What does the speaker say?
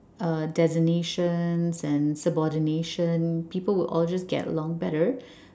uh designations and subordination people would all just get along better